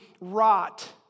rot